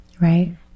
Right